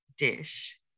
dish